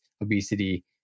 obesity